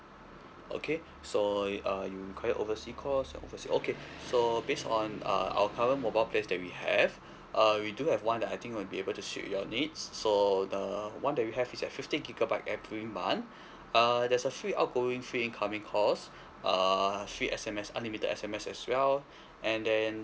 okay so uh you require oversea calls and oversea okay so based on uh our current mobile plan that we have uh we do have one that I think will be able to suit your needs so the one that we have is at fifty gigabyte every month uh there's a free outgoing free incoming calls uh free S_M_S unlimited S_M_S as well and then